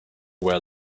where